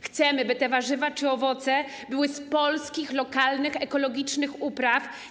Chcemy by te warzywa czy owoce były z polskich, lokalnych, ekologicznych upraw.